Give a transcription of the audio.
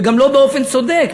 וגם לא באופן צודק,